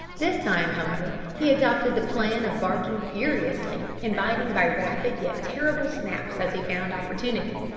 this time, however, he adopted the plan of barking furiously and biting by rapid yet terrible snaps as he found opportunity,